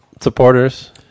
supporters